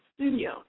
studio